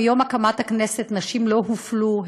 מיום הקמת הכנסת נשים לא הופלו,